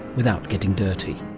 without getting dirty